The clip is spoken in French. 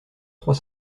trois